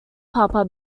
papa